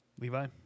Levi